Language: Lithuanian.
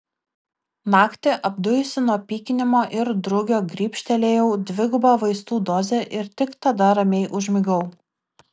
naktį apdujusi nuo pykinimo ir drugio grybštelėjau dvigubą vaistų dozę ir tik tada ramiai užmigau